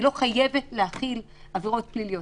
היא לא חייבת להחיל עבירות פליליות.